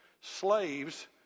Slaves